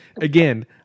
again